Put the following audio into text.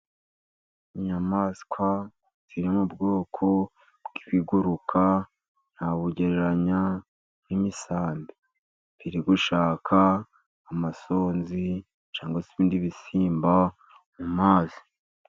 Inyamaswa ziri mu bwoko bw'ibiguruka, nabugereranya n'imisambi. Biri gushaka amasonzi cyangwa ibindi bisimba mu mazi.